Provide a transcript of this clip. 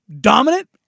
dominant